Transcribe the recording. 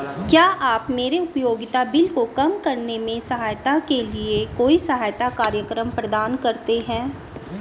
क्या आप मेरे उपयोगिता बिल को कम करने में सहायता के लिए कोई सहायता कार्यक्रम प्रदान करते हैं?